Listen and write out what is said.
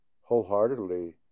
wholeheartedly